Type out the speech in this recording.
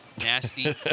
nasty